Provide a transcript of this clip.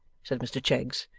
said mr cheggs,